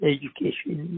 Education